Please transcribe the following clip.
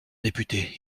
député